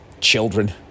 children